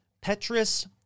Petrus